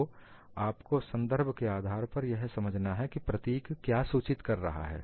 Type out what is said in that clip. तो आपको संदर्भ के आधार पर यह समझना है कि प्रतीक क्या सूचित कर रहा है